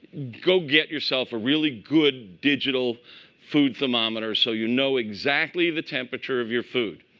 go get yourself a really good digital food thermometer so you know exactly the temperature of your food.